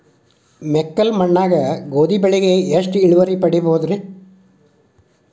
ಮೆಕ್ಕಲು ಮಣ್ಣಾಗ ಗೋಧಿ ಬೆಳಿಗೆ ಎಷ್ಟ ಇಳುವರಿ ಪಡಿಬಹುದ್ರಿ?